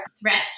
threats